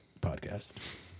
Podcast